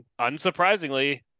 unsurprisingly